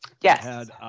yes